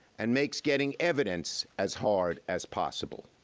and makes getting evidence as hard as possible.